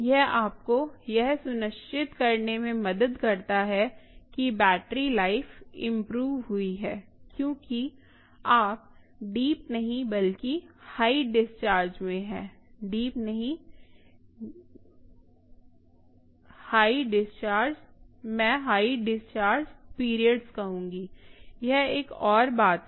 यह आपको यह सुनिश्चित करने में मदद करता है कि बैटरी लाइफ इम्प्रूव हुई है क्योंकि आप डीप नहीं बल्कि हाई डिस्चार्ज में हैं डीप नहीं मैं हाई डिस्चार्ज पीरियड्स कहूँगी यह एक और बात है